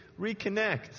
reconnect